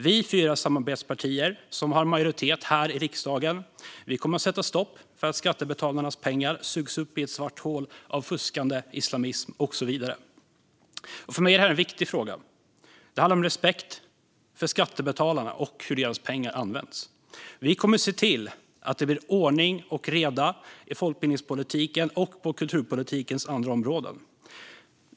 Vi fyra samarbetspartier som har majoritet här i riksdagen kommer att sätta stopp för att skattebetalarnas pengar sugs upp i svarta hål av fuskande, islamism och så vidare. För mig är det här en viktig fråga. Det handlar om respekt för skattebetalarna och hur deras pengar används. Vi kommer att se till att det blir ordning och reda i folkbildningspolitiken och på kulturpolitikens andra områden.